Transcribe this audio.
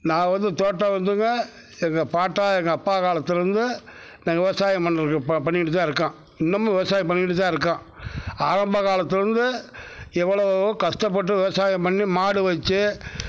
நான் வந்து தோட்டம் வந்துங்க எங்கள் பாட்டன் எங்கள் அப்பா காலத்துலேருந்து நாங்கள் விவசாயம் பண்ணிகிட்டு தான் இருக்கோம் இன்னமும் விவசாயம் பண்ணிகிட்டுதான் இருக்கோம் ஆரம்ப காலத்துலேருந்து எவ்வளவோ கஷ்டப்பட்டு விவசாயம் பண்ணி மாடு வச்சு